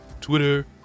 Twitter